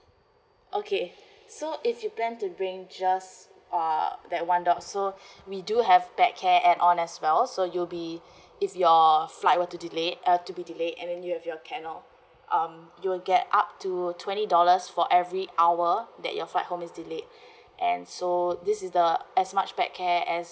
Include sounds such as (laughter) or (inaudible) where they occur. okay so if you plan to bring just uh that one dog so (breath) we do have pet care add-on as well so you'll be (breath) if your flight were to delay uh to be delayed and then you have your kennel um you will get up to twenty dollars for every hour that your flight home is delayed (breath) and so this is the as much pet care as